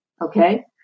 Okay